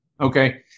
Okay